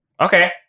Okay